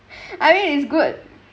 I mean it's good